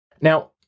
Now